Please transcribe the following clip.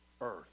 earth